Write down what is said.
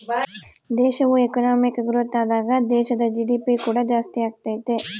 ದೇಶವು economic growth ಆದಾಗ ದೇಶದ ಜಿ.ಡಿ.ಪಿ ಕೂಡ ಜಾಸ್ತಿಯಾಗತೈತೆ